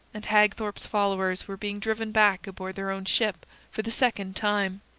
and hagthorpe's followers were being driven back aboard their own ship for the second time.